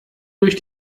durch